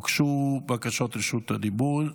הוגשו בקשות רשות דיבור.